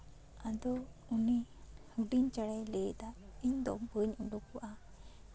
ᱟᱫᱚ ᱩᱱᱤ ᱦᱩᱰᱤᱧ ᱪᱮᱬᱮᱭ ᱞᱟᱹᱭᱫᱟ ᱤᱧ ᱫᱚ ᱵᱟᱹᱧ ᱩᱰᱩᱠᱚᱜᱼᱟ